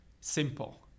simple